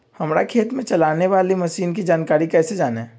हमारे खेत में चलाने वाली मशीन की जानकारी कैसे जाने?